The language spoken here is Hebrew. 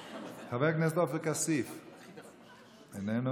חבר הכנסת עופר כסיף, איננו.